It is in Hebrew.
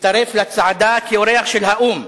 הצטרף לצעדה כאורח האו"ם,